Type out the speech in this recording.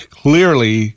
clearly